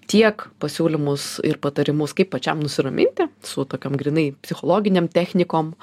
tiek pasiūlymus ir patarimus kaip pačiam nusiraminti su tokiom grynai psichologinėm technikom